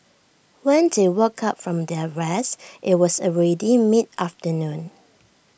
when they woke up from their rest IT was already mid afternoon